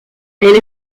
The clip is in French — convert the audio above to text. elle